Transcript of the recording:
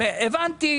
הבנתי.